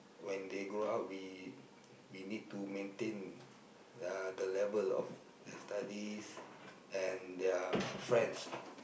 when they grow up we we need to maintain uh the level of their studies and their friends